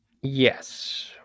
Yes